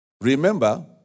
remember